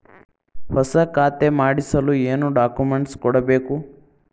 ಹೊಸ ಖಾತೆ ಮಾಡಿಸಲು ಏನು ಡಾಕುಮೆಂಟ್ಸ್ ಕೊಡಬೇಕು?